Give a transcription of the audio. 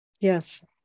Yes